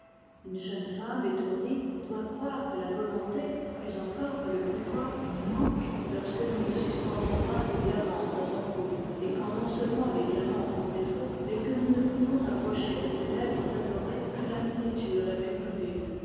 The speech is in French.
une jeune femme étourdie doit croire que la volonté plus encore que le pouvoir nous manque lorsque nous ne suspendons pas des diamans à son cou et quand non-seulement les diamans font défaut mais que nous ne pouvons approcher de ses lèvres adorées que la nourriture la plus commune